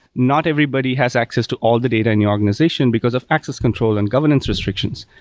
not everybody has access to all the data in the organization because of access control and governance restrictions.